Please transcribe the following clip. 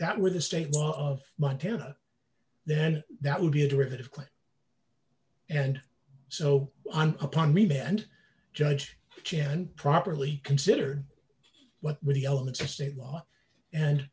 that were the state law of montana then that would be a derivative clik and so on upon me and judge can properly consider what were the elements of state law